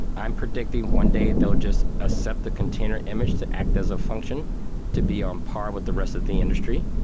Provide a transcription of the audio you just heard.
i'm predicting one day they'll just accept the container image to act as a function to be on par with the rest of the industry,